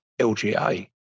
LGA